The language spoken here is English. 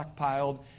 stockpiled